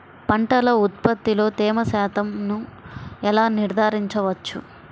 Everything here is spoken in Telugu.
పంటల ఉత్పత్తిలో తేమ శాతంను ఎలా నిర్ధారించవచ్చు?